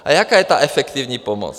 A jaká je ta efektivní pomoc?